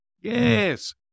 Yes